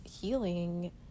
healing